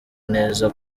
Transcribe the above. neza